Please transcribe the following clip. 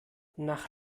nach